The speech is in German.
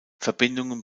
verbindungen